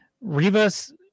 Rivas